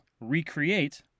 recreate